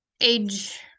age